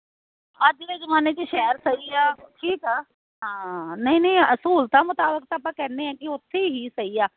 ਅੱਜ ਦੇ ਜ਼ਮਾਨੇ 'ਚ ਸ਼ਹਿਰ ਸਹੀ ਆ ਠੀਕ ਆ ਹਾਂ ਨਹੀਂ ਨਹੀਂ ਸਹੂਲਤਾਂ ਮੁਤਾਬਿਕ ਆਪਾਂ ਕਹਿੰਦੇ ਹਾਂ ਕਿ ਉੱਥੇ ਹੀ ਸਹੀ ਆ